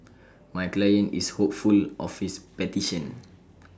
my client is hopeful of his petition